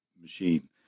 machine